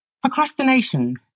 Procrastination